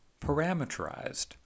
parameterized